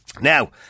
now